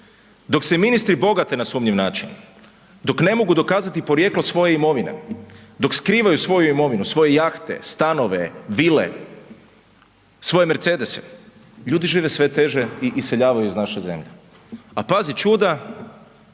Dok se ministre bogate na sumnjiv, dok ne mogu dokazati porijeklo svoje imovine, dok skrivaju svoju imovinu, svoje jahte, stanove, vile, svoje Mercedese, ljudi žive sve teže i iseljavaju iz naše zemlje a pazi čuda,